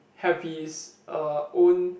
have his uh own